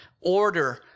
Order